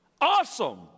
Awesome